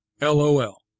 LOL